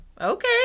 Okay